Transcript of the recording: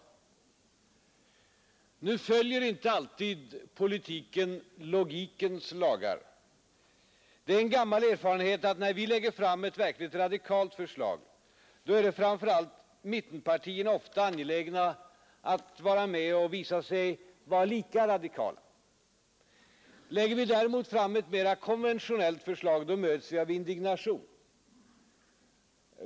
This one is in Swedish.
Men politiken följer inte alltid logikens lagar. Det är en gammal erfarenhet att när vi lägger fram ett verkligt radikalt förslag är framför allt mittenpartierna ofta angelägna att vara med och visa sig vara lika radikala. Lägger vi däremot fram mera konventionella förslag möts vi av indignation.